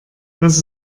das